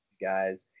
guys